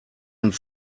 und